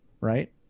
Right